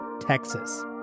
Texas